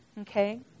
Okay